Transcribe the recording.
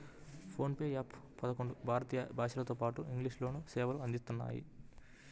phone pay app పదకొండు భారతీయ భాషలతోపాటు ఇంగ్లీష్ లోనూ సేవలు అందిస్తున్నాయి